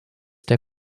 der